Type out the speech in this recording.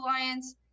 alliance